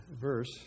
verse